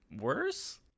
worse